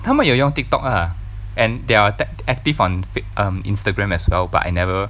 他们有用 TikTok ah and there are tec~ active on um Instagram as well but I never